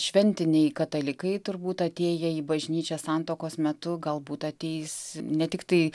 šventiniai katalikai turbūt atėję į bažnyčią santuokos metu galbūt ateis ne tiktai